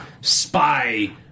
spy